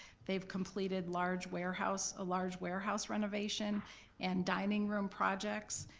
they've completed large warehouse, a large warehouse renovation and dining room projects.